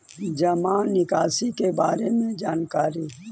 जामा निकासी के बारे में जानकारी?